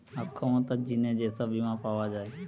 অক্ষমতার জিনে যে সব বীমা পাওয়া যায়